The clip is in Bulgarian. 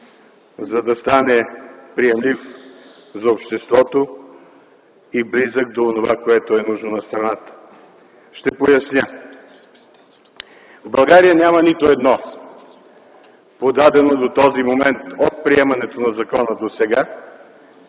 за да стане приемлив за обществото и близък до онова, което е нужно на страната. Ще поясня. В България няма нито едно подадено до този момент – от приемането на закона досега,